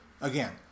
again